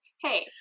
Hey